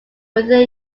within